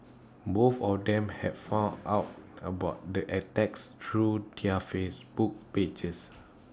both of them had found out about the attacks through their Facebook pages